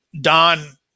Don